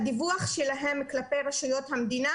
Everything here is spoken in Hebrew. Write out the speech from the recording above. הדיווח שלהם הוא כלפי מוסדות המדינה,